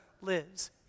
lives